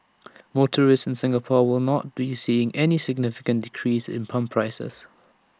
motorists in Singapore will not be seeing any significant decrease in pump prices